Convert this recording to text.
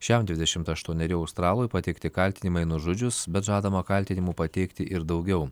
šiam dvidešimt aštuonerių australui pateikti kaltinimai nužudžius bet žadama kaltinimų pateikti ir daugiau